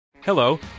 Hello